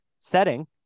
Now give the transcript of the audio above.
setting